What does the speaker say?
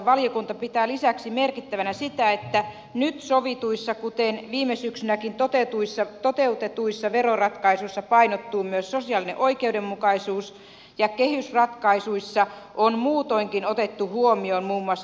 valiokunta pitää lisäksi merkittävänä sitä että nyt sovituissa kuten viime syksynäkin toteutetuissa veroratkaisuissa painottuu myös sosiaalinen oikeudenmukaisuus ja kehysratkaisuissa on muutoinkin otettu huomioon muun muassa